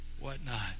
whatnot